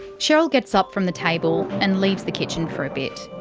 cheryl gets up from the table and leaves the kitchen for a bit.